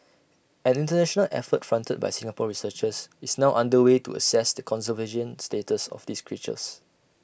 an International effort fronted by Singapore researchers is now under way to assess the conservation status of these creatures